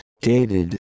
dated